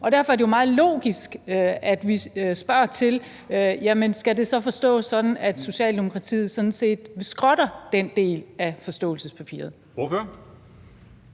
Og derfor er det jo meget logisk, at vi spørger: Skal det så forstås sådan, at Socialdemokratiet sådan set skrotter den del af forståelsespapiret?